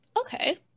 Okay